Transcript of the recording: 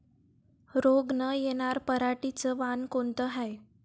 रोग न येनार पराटीचं वान कोनतं हाये?